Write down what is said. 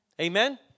Amen